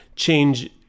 change